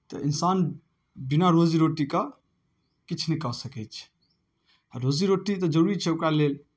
तऽ इंसान बिना रोजी रोटीके किछु नहि कऽ सकै छै रोजी रोटी तऽ जरूरी छै ओकरा लेल